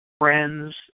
friends